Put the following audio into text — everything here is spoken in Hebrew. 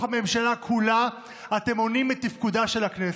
הממשלה כולה אתם מונעים את תפקודה של הכנסת.